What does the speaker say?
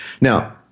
Now